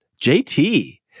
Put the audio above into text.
JT